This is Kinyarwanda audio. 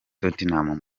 tottenham